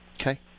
Okay